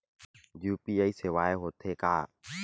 UPI सेवाएं हो थे का?